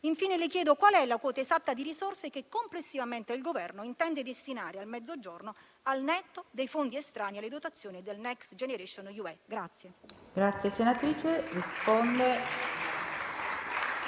Infine, le chiedo qual è la quota esatta di risorse che complessivamente il Governo intende destinare al Mezzogiorno, al netto dei fondi estranei alle dotazioni del Next generation UE.